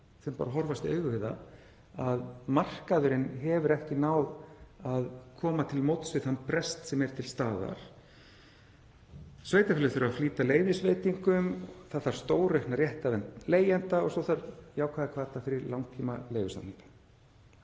þurfum bara að horfast í augu við það að markaðurinn hefur ekki náð að koma til móts við þann brest sem er til staðar. Sveitarfélög þurfa að flýta leyfisveitingum, það þarf stóraukna réttarvernd leigjenda. Svo þarf jákvæða hvata fyrir langtímaleigusamninga.